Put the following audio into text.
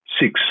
six